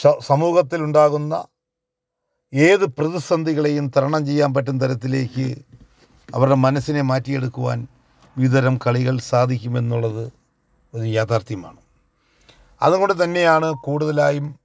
ഷ സമൂഹത്തിൽ ഉണ്ടാകുന്ന ഏതു പ്രതിസന്ധികളെയും തരണം ചെയ്യാൻ പറ്റുന്ന തരത്തിലേക്ക് അവരുടെ മനസിനെ മാറ്റി എടുക്കുവാൻ വിവിധ തരം കളികൾ സാധിക്കുമെന്നുള്ളത് ഒരു യാഥാർഥ്യമാണ് അതുകൊണ്ടു തന്നെയാണ് കൂടുതലായും